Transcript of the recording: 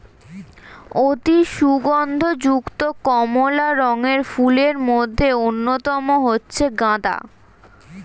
অতি সুগন্ধ যুক্ত কমলা রঙের ফুলের মধ্যে অন্যতম হচ্ছে গাঁদা